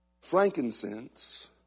Frankincense